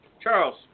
Charles